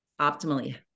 optimally